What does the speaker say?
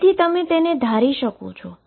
તેથી તમે તેને ધારી શકો છો